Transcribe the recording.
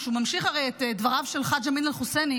שהוא ממשיך הרי את דבריו של חאג' אמין אל-חוסייני,